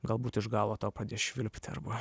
galbūt iš galo tau pradės švilpti arba